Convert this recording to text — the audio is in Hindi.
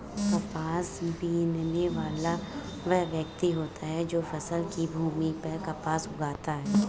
कपास बीनने वाला वह व्यक्ति होता है जो फसल की भूमि से कपास उठाता है